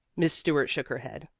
miss stuart shook her head.